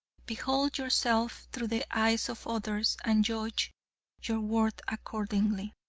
behold yourself through the eyes of others and judge your worth accordingly.